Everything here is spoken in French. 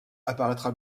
apparaîtra